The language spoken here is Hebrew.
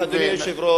זה לא, אדוני היושב-ראש,